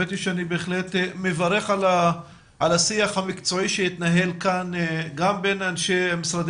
אני מברך על השיח המקצועי שהתנהל כאן גם בין אנשי משרדי